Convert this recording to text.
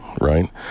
right